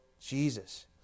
Jesus